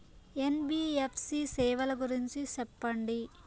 NBFC సేవల గురించి సెప్పండి?